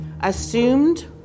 assumed